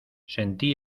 sentí